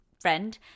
friend